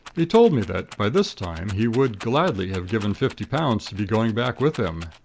he told me that, by this time, he would gladly have given fifty pounds to be going back with them.